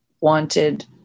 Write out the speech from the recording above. wanted